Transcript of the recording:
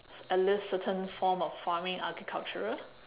at leasst certain form of farming agricultural